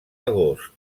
agost